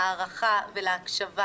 להערכה ולהקשבה